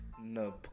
No